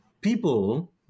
People